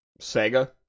Sega